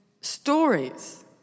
stories